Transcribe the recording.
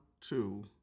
two